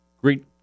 Great